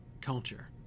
culture